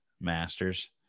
Masters